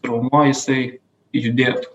raumuo jisai judėtų